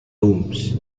rooms